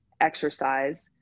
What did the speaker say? exercise